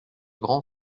grand